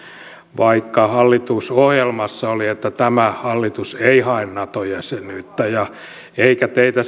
vaikka hallitusohjelmassa oli että hallitus ei hae nato jäsenyyttä eikä teitä